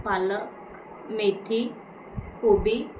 पालक मेथी कोबी